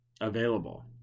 available